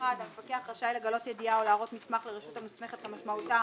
(1)המפקח רשאי לגלות ידיעה או להראות מסמך לרשות המוסמכת כמשמעותה